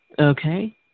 Okay